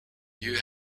you